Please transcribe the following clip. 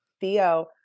Theo